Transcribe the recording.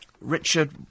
Richard